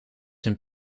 hun